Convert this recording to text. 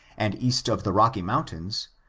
and east of the rocky mountains,